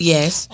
Yes